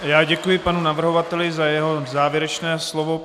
Já děkuji panu navrhovateli za jeho závěrečné slovo.